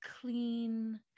clean